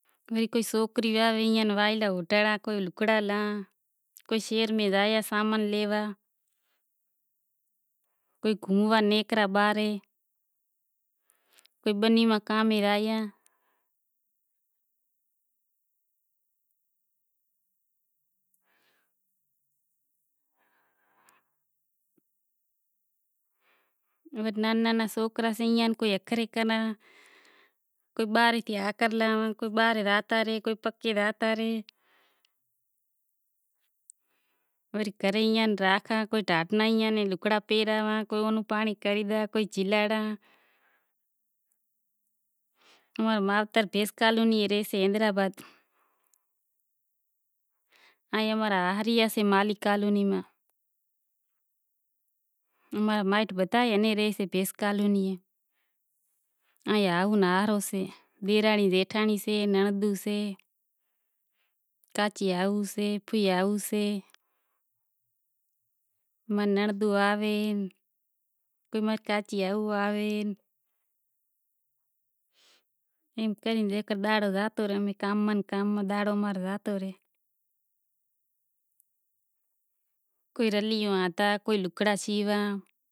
آدمی موالی سے شراب پیوے سے۔ ماں را نانہاں نانہا سوکراں سیں گھرے زائے روٹلا گھڑیش۔ ماں رو بھائی ہیک سے ماں رے یں۔ ماں رو بھائی ہیک سے ماں رے ہات بہونوں سیں ماں را ہاس ہاہرو سے، سوکرا ماں را مستی کریں سیں۔ ماں رو ڈیرانڑی جیٹھانڑی سے ماں ری ننڑند سے کانہوڑا ماتھے آوے ڈیواڑی ماتھے آوے گھوموا زائے امیں رانڑی باغ گھوموا زایاں حیدرٓباد ماں را سوکراں ناں شوق سے گھوموا نو ماں ری سوکری اسکوہل زائیشے ماں نیں جیٹھانڑی بھی سوکرو پرنڑایو سے ماں رو ڈیرانڑی جیٹھانڑی سے ماں ری ننڑند سے کانہوڑا ماتھے آوے ڈیواڑی ماتھے آوے گھوموا زائے امیں رانڑی باغ گھوموا زایاں حیدرٓباد ماں را سوکراں ناں شوق سے گھوموا نو ماں ری سوکری اسکوہل زائیشے